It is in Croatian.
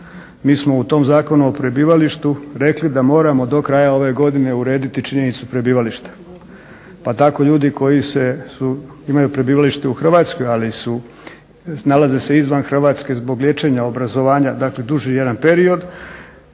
Mi smo u tom Zakonu o prebivalištu rekli da moramo do kraja ove godine urediti činjenicu prebivališta, pa tako ljudi koji imaju prebivalište u Hrvatskoj ali su, nalaze se izvan Hrvatske zbog liječenja, obrazovanja, dakle duži jedan period